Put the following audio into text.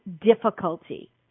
difficulty